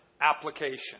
application